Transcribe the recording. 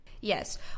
Yes